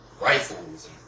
rifles